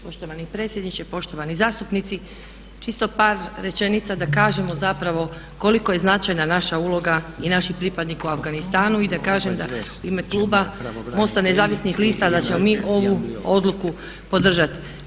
Poštovani predsjedniče, poštovani zastupnici čisto par rečenica da kažemo zapravo koliko je značajna naša uloga i naši pripadnici u Afganistanu i da kažem da u ime kluba MOST-a nezavisnih lista da ćemo mi ovu odluku podržati.